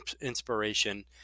inspiration